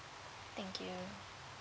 thank you